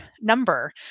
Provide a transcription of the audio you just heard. number